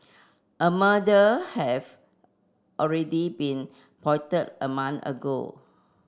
a murder have already been plotted a month ago